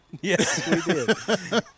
Yes